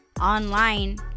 online